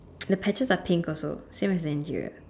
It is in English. the patches are pink also same as the interior